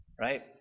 Right